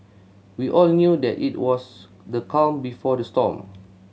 we all knew that it was the calm before the storm